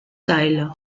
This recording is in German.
seile